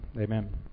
Amen